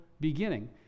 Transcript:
beginning